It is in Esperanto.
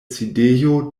sidejo